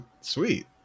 Sweet